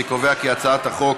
אני קובע כי הצעת חוק